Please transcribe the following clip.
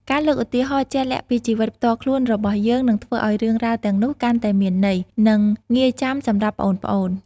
ការលើកឧទាហរណ៍ជាក់លាក់ពីជីវិតផ្ទាល់ខ្លួនរបស់យើង នឹងធ្វើឱ្យរឿងរ៉ាវទាំងនោះកាន់តែមានន័យ និងងាយចាំសម្រាប់ប្អូនៗ។